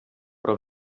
però